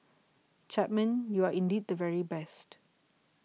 Chapman you are indeed the very best